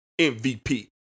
MVP